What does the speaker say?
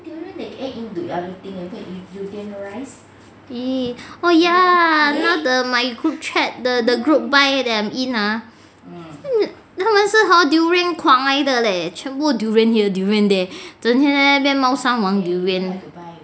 eh ya now the my group chat the the group buy that I am in ha 他们是 hor durian 狂来的 leh 全部 durian here durian there 整天天在那边猫山王 durian